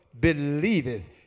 Believeth